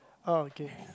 oh okay